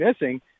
missing